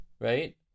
Right